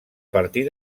partir